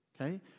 okay